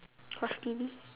watch T_V